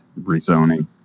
rezoning